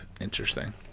interesting